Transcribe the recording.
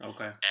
Okay